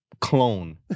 Clone